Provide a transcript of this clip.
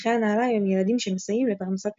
מצחצחי הנעליים הם ילדים שמסייעים לפרנסת משפחותיהם.